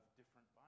different